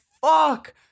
fuck